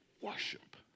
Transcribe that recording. worship